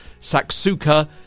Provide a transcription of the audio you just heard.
saksuka